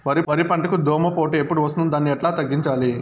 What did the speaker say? వరి పంటకు దోమపోటు ఎప్పుడు వస్తుంది దాన్ని ఎట్లా తగ్గించాలి?